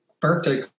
birthday